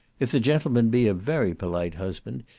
if the gentleman be a very polite husband,